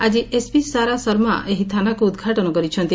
ଆକି ଏସପି ସାରା ଶର୍ମା ଏହି ଥାନାକୁ ଉଦ୍ଘାଟନ କରିଛନ୍ତି